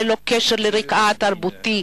ללא קשר לרקע התרבותי,